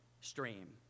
stream